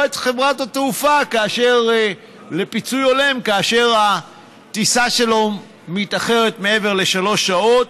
מחברת התעופה פיצוי הולם כאשר הטיסה שלהם מתאחרת מעבר לשלוש שעות,